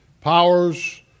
powers